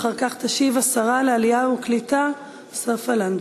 אחר כך תשיב שרת העלייה והקליטה סופה לנדבר.